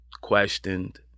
questioned